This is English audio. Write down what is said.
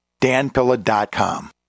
danpilla.com